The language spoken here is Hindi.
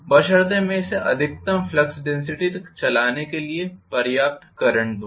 बशर्ते मैं इसे अधिकतम फ्लक्स डेन्सिटी तक चलाने के लिए पर्याप्त करंट दूं